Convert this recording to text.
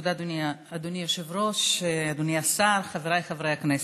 1953, הצעות מס' 8959, 8966, 8974, 8981 ו-8989.